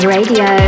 Radio